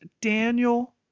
daniel